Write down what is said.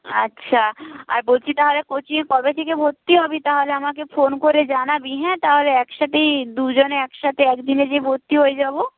আচ্ছা আর বলছি তাহলে কোচিংয়ে কবে থেকে ভর্তি হবি তাহলে আমাকে ফোন করে জানাবি হ্যাঁ তাহলে একসাথেই দুজনে একসাথে একদিনে গিয়ে ভর্তি হয়ে যাব